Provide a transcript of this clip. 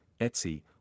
Etsy